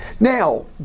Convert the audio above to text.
Now